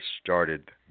started